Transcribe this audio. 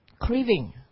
craving